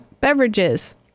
beverages